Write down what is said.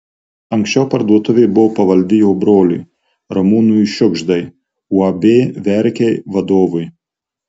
anksčiau parduotuvė buvo pavaldi jo broliui ramūnui šiugždai uab verkiai vadovui